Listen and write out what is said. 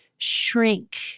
shrink